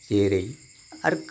जेरै आरो